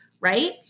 right